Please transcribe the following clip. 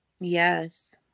Yes